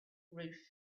roof